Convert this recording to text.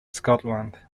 scotland